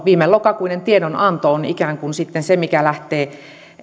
viimelokakuinen tiedonanto on sitten ikään kuin se mikä lähtee